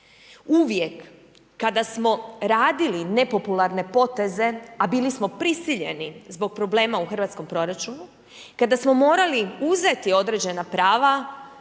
Uvijek kada smo radili nepopularne poteze, a bili smo prisiljeni zbog problema u hrvatskom proračunu, kada smo morali uzeti određena prava